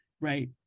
right